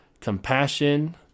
compassion